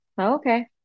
okay